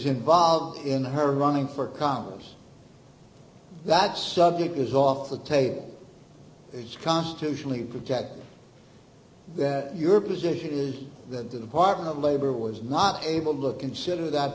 involved in her running for congress that subject is off the table is constitutionally protected that your position is that the department of labor was not able to look consider that